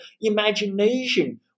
imagination